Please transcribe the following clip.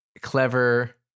clever